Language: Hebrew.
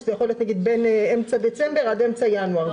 בין אמצע דצמבר עד אמצע ינואר.